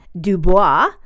Dubois